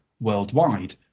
worldwide